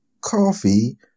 coffee